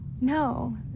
No